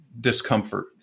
discomfort